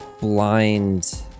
blind